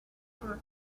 were